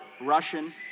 Russian